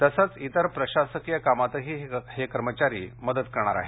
तसंच इतर प्रशासकीय कामातही हे कर्मचारी मदत करणार आहेत